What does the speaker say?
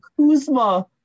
Kuzma